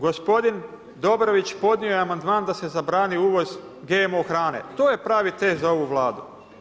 Gospodin Dobrović podnio je amandman da se zabrani uvoz GMO hrane, to je pravi test za ovu Vladu.